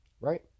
right